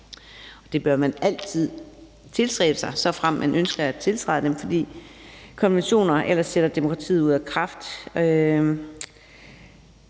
Det bør man altid tilstræbe, såfremt man ønsker at tiltræde dem, fordi konventioner ellers sætter demokratiet ud af kraft.